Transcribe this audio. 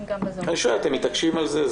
אתם מתעקשים על זה?